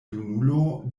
junulo